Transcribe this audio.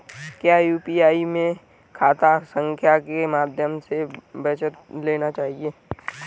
क्या यू.पी.आई में खाता संख्या के माध्यम से चौबीस घंटे लेनदन होता है?